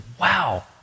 wow